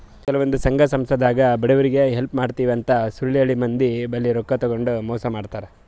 ಕೆಲವಂದ್ ಸಂಘ ಸಂಸ್ಥಾದಾಗ್ ಬಡವ್ರಿಗ್ ಹೆಲ್ಪ್ ಮಾಡ್ತಿವ್ ಅಂತ್ ಸುಳ್ಳ್ ಹೇಳಿ ಮಂದಿ ಬಲ್ಲಿ ರೊಕ್ಕಾ ತಗೊಂಡ್ ಮೋಸ್ ಮಾಡ್ತರ್